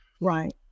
Right